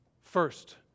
First